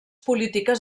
polítiques